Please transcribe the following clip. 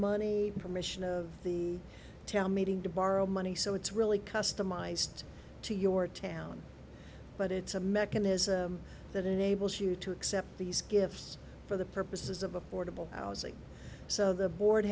money permission of the town meeting to borrow money so it's really customized to your town but it's a mechanism that enables you to accept these gifts for the purposes of affordable housing so the board